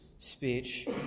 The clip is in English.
speech